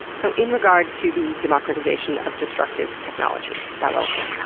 so, in regard to the democratization of destructive technology, that little thing.